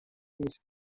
نیست